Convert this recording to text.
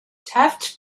taft